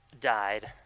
died